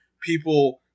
people